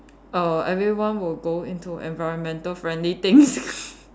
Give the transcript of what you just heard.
err everyone will go into environmental friendly things